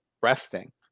resting